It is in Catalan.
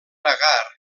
agar